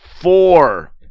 four